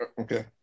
Okay